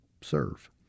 serve